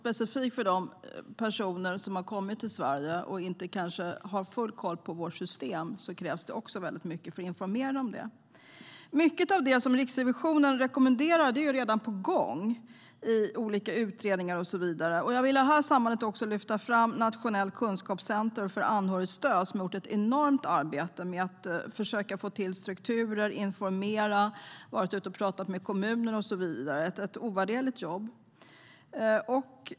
Det gäller i synnerhet dem som kommit till Sverige och kanske inte har full koll på våra system. Det kräver stora informationsinsatser. Mycket av det som Riksrevisionen rekommenderar är redan på gång i olika utredningar och så vidare. Jag vill i det här sammanhanget lyfta fram Nationellt kunskapscentrum, som gjort ett enormt arbete med att försöka få till strukturer, informerat, varit ute och talat med kommuner med mera. De har gjort ett ovärderligt arbete.